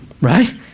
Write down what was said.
Right